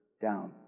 down